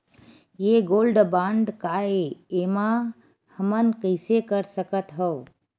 ये gold bond काय ए एमा हमन कइसे कर सकत हव?